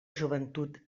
joventut